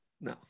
No